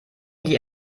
die